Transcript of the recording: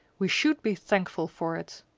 we should be thankful for it!